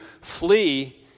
flee